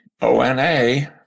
O-N-A